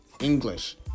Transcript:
English